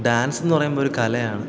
ഡാൻസെന്ന് പറയുമ്പൊരു കലയാണ്